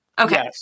Okay